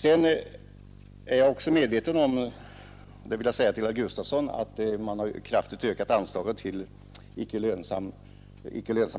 Till herr Gustafson i Göteborg vill jag säga att jag är medveten om att man kraftigt ökat anslaget till icke lönsamma